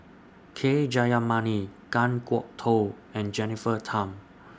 K Jayamani Kan Kwok Toh and Jennifer Tham